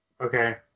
Okay